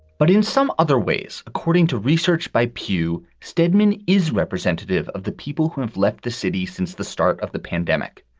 but in some other ways, according to research by pew, stedman is representative of the people who have left the city since the start of the pandemic.